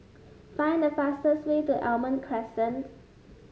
find the fastest way to Almond Crescent